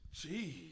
jeez